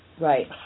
right